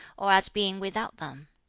or as being without them?